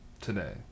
today